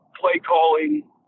play-calling